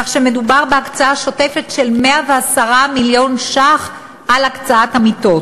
כך שמדובר בהקצאה שוטפת של 110 מיליון שקל על הקצאת המיטות.